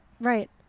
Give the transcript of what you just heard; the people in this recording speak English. Right